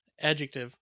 Adjective